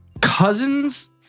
Cousins